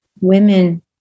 women